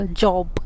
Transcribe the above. job